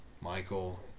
Michael